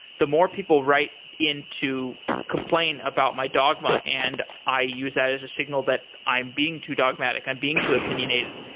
the more people write in to complain about my dogma, and i use that as a signal that i'm being dogmatic, i'm being too opinionated.